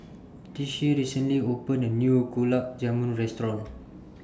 Tishie recently opened A New Gulab Jamun Restaurant